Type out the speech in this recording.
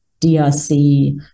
DRC